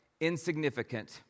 insignificant